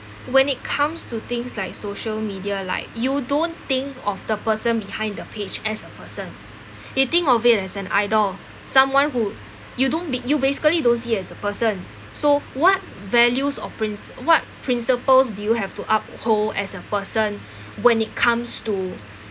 when it comes to things like social media like you don't think of the person behind the page as a person you think of it as an idol someone who you don't be you basically don't see as a person so what values or princ~ what principles do you have to uphold as a person when it comes to